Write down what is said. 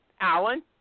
Alan